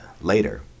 later